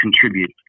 contribute